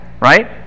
right